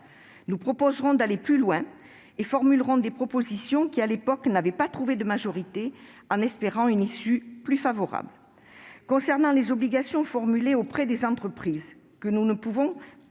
Nous proposerons d'aller plus loin et formulerons des propositions qui, à l'époque, n'avaient pas trouvé de majorité. Nous espérons qu'elles trouveront aujourd'hui une issue plus favorable. Concernant les obligations formulées auprès des entreprises, nous ne pouvons que